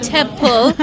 Temple